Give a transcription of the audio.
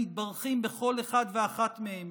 מתברכים בכל אחד ואחת מהם,